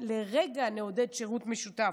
לרגע לא נעודד שירות משותף.